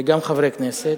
וגם חברי כנסת,